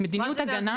כן,